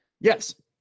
yes